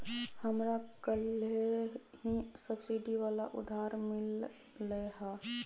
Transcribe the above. हमरा कलेह ही सब्सिडी वाला उधार मिल लय है